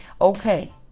Okay